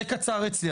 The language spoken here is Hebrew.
זה קצר אצלי.